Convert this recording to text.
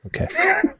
okay